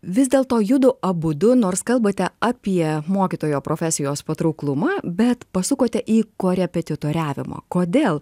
vis dėlto judu abudu nors kalbate apie mokytojo profesijos patrauklumą bet pasukote į korepetitoriavimą kodėl